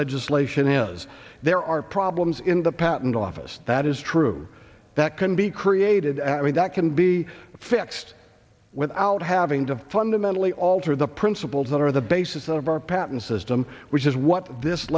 legislation is there are problems in the patent office that is true that can be created i mean that can be fixed without having to fundamentally alter the principles that are the basis of our patent system which is what this